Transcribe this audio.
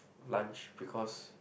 lunch because